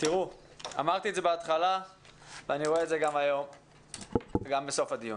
אמרתי בהתחלה ואני אומר גם בסוף הדיון.